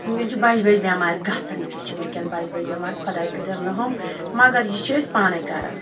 ونکیٚن چھِ بَجہِ بَجہِ بیٚمارِ بیٚمارِ گَژھان تہِ چھِ ونکیٚن بَجہِ بَجہِ بیٚمارِخۄداے کٔرِن رَحَم مَگَر یہِ چھِ أسۍ پانے کَران